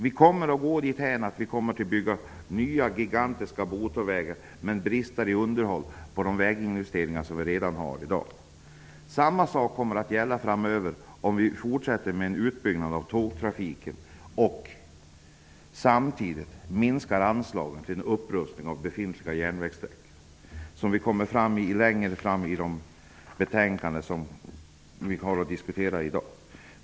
Det kommer att bli så att vi bygger nya gigantiska motorvägar, samtidigt som det finns brister i underhåll beträffande väginvesteringar som redan i dag gäller. Samma sak kommer att gälla framöver om vi fortsätter med en utbyggnad av tågtrafiken och samtidigt minskar anslagen till en upprustning av befintliga järnvägssträckor. Men de sakerna kommer vi till senare i dag i diskussionerna om andra betänkanden.